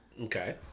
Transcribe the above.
Okay